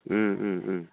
ओम Om ओम